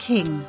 King